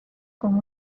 com